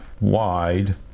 wide